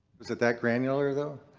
was it that granular, though?